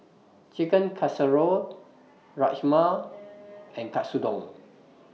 Chicken Casserole Rajma and Katsudon